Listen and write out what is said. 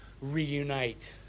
reunite